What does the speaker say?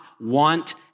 want